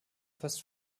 fast